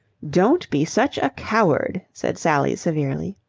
don't be such a coward, said sally, severely.